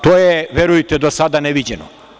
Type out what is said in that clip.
To je, verujte, do sada neviđeno.